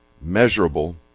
measurable